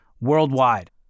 worldwide